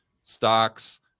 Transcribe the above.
stocks